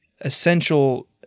essential